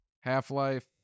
Half-Life